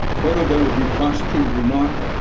whether they will be prosecuted or not,